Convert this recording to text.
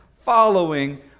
following